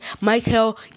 Michael